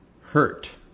hurt